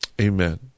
amen